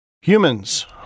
Humans